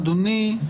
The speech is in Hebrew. אדוני,